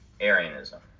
Arianism